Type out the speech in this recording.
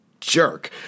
jerk